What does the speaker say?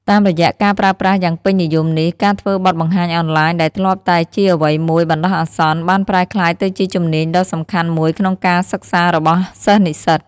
តាមរយៈការប្រើប្រាស់យ៉ាងពេញនិយមនេះ ការធ្វើបទបង្ហាញអនឡាញដែលធ្លាប់តែជាអ្វីមួយបណ្ដោះអាសន្ន បានប្រែក្លាយទៅជាជំនាញដ៏សំខាន់មួយក្នុងការសិក្សារបស់សិស្សនិស្សិត។